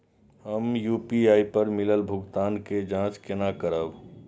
हम यू.पी.आई पर मिलल भुगतान के जाँच केना करब?